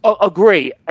Agree